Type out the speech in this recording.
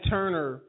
Turner